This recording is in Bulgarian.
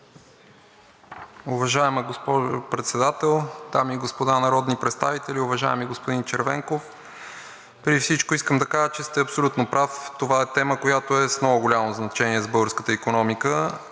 Уважаема госпожо Председател, дами и господа народни представители! Уважаеми господин Червенков, преди всичко искам да кажа, че сте абсолютно прав. Това е тема, която е с много голямо значение за българската икономика,